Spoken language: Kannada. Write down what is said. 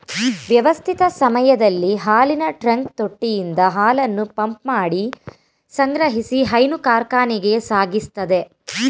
ವ್ಯವಸ್ಥಿತ ಸಮಯದಲ್ಲಿ ಹಾಲಿನ ಟ್ರಕ್ ತೊಟ್ಟಿಯಿಂದ ಹಾಲನ್ನು ಪಂಪ್ಮಾಡಿ ಸಂಗ್ರಹಿಸಿ ಹೈನು ಕಾರ್ಖಾನೆಗೆ ಸಾಗಿಸ್ತದೆ